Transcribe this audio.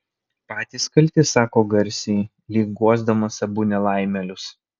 patys kalti sako garsiai lyg guosdamas abu nelaimėlius